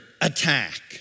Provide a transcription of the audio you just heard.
attack